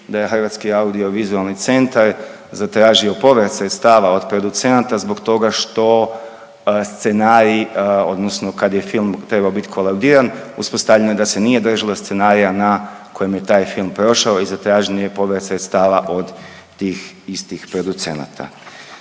tako pošteno reći da je HAVC zatražio povrat sredstava od producenata zbog toga što scenarij odnosno kad je film trebao bit kolaudiran uspostavljeno je da se nije držalo scenarija na kojem je taj film prošao i zatražen je povrat sredstava od tih istih producenata.